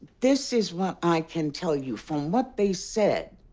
this is what i can tell you from what they said,